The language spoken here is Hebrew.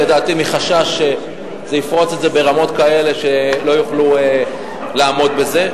לדעתי מחשש שזה יפרוץ את זה ברמות כאלה שלא יוכלו לעמוד בזה,